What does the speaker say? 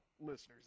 listeners